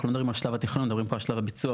אנחנו לא מדברים על שלב התכנון אלא על שלב הביצוע,